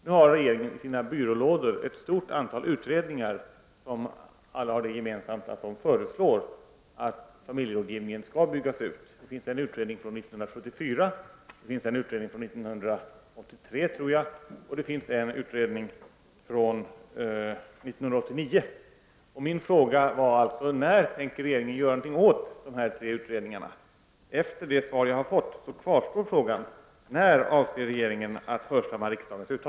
Nu har regeringen i sina byrålådor ett stort antal utredningar som alla har det gemensamt att de innehåller förslag om att familjerådgivningen skall byggas ut. Det finns en utredning från 1974, en från 1983 och en från 1989. Min fråga var alltså när regeringen tänker göra någonting åt förslagen i dessa tre utredningar, och efter det svar som jag har fått kvarstår min fråga.